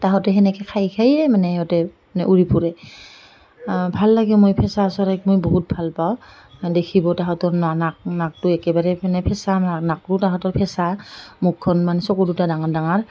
সিহঁতে সেনেকৈ খাই খায়য়ে মানে সিহঁতে মানে উৰি ফুৰে ভাল লাগে মই ফেঁচা চৰাইক মই বহুত ভাল পাওঁ দেখিব তাহঁতৰ নাক নাকটো একেবাৰে মানে ফেঁচা নাকটো তাহাঁতৰ ফেঁচা মুখখন মানে চকু দুটা ডাঙৰ ডাঙৰ